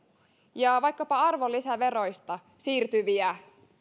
ja vaikkapa arvonlisäveroista siirtyviä